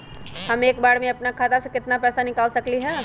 हम एक बार में अपना खाता से केतना पैसा निकाल सकली ह?